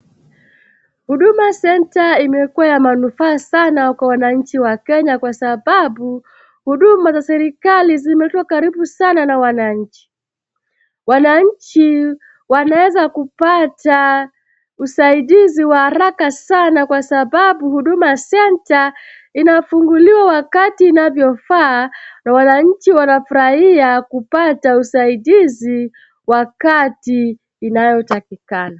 Huduma Center imekuwa ya manufaa sanaa kwa wananchi wa Kenya kwa sababu huduma za serikali zimeletwa karibu sana na wananchi. Wananchi wanaweza kupata usaidizi wa haraka sana kwa sababu Huduma Center inafunguliwa wakati inavyofaa na wananchi wanafurahia kupata usaidizi wakati unaotakikana.